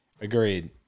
Agreed